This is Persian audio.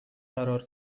قرار